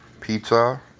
pizza